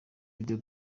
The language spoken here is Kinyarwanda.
video